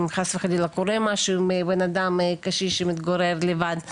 אם חס וחלילה קורה משהו עם בן אדם קשיש שמתגורר לבד,